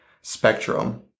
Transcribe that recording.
spectrum